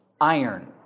iron